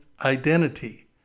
identity